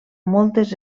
moltes